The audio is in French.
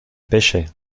pêchais